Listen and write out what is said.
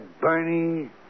Bernie